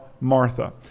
Martha